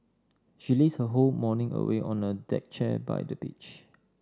she lazed her whole morning away on a deck chair by the beach